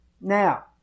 Now